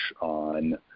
on